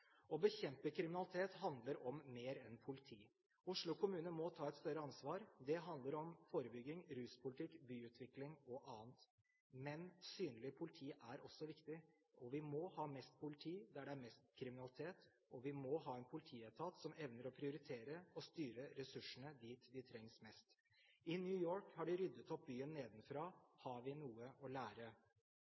Å bekjempe kriminalitet handler om mer enn politi. Oslo kommune må ta et større ansvar. Det handler om forebygging, ruspolitikk, byutvikling og annet. Men synlig politi er også viktig. Vi må ha mest politi der det er mest kriminalitet. Vi må ha en politietat som evner å prioritere og styre ressursene dit de trengs mest. I New York har de ryddet byen nedenfra. Har vi noe å lære?